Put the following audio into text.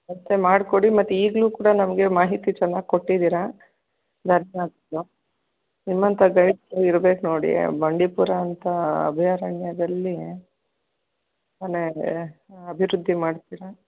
ಮಾಡಿಕೊಡಿ ಮತ್ತೆ ಈಗಲೂ ಕೂಡ ನಮಗೆ ಮಾಹಿತಿ ಚೆನ್ನಾಗಿ ಕೊಟ್ಟಿದ್ದೀರಾ ಧನ್ಯವಾದಗಳು ನಿಮ್ಮಂಥ ಗೈಡ್ಸ್ ಇರ್ಬೇಕು ನೋಡಿ ಬಂಡೀಪುರ ಅಂತ ಅಭಯಾರಣ್ಯದಲ್ಲಿ ಚೆನ್ನಾಗೆ ಅಭಿವೃದ್ಧಿ ಮಾಡ್ತೀರ